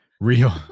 real